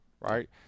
right